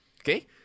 okay